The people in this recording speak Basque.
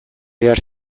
behar